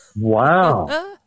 Wow